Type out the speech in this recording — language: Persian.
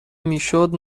میشد